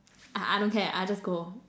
I I don't care I just go